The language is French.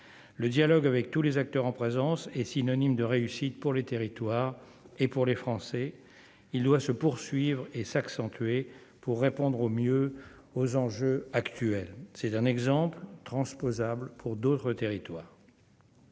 le dialogue avec tous les acteurs en présence est synonyme de réussite pour les territoires et pour les Français, il doit se poursuivre et s'accentuer pour répondre au mieux aux enjeux actuels, c'est un exemple transposable pour d'autres territoires.